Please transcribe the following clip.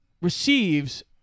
receives